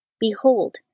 Behold